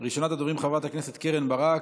ראשונת הדוברים, חברת הכנסת קרן ברק,